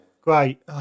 Great